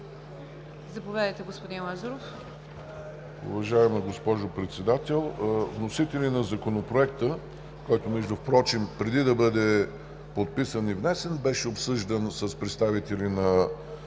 Заповядайте, господин Лазаров.